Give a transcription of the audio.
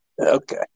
Okay